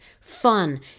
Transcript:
fun